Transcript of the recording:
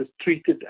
treated